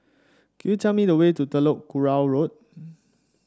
could you tell me the way to Telok Kurau Road